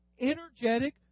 energetic